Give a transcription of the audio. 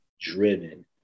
driven